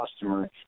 customer